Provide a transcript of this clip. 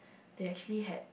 they actually had